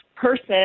person